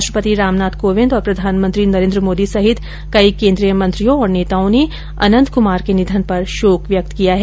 राष्ट्रपति रामनाथ कोविंद और प्रधानमंत्री नरेन्द्र मोदी सहित कई केन्द्रीय मंत्रियों और नेताओं ने अनंत कुमार के निधन पर शोक व्यक्त किया है